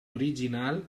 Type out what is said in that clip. original